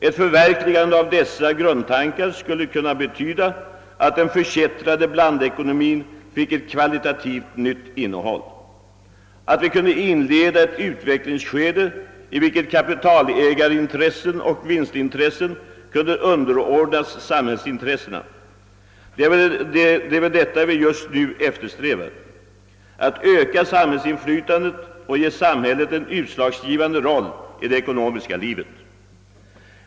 Ett förverkligande av dessa grundtankar skulle kunna betyda att den förkättrade blandekonomin fick ett kvalitativt nytt innehåll, att vi kunde inleda ett utvecklingsskede, i vilket kapitalägarintressen och = vinstintressen kunde underordnas samhällsintressena. Det är väl detta vi just nu eftersträvar, alltså att öka samhällsinflytandet och ge samhället en utslagsgivande roll i det ekonomiska livet.